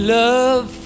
love